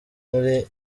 muri